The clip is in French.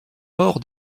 maur